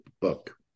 book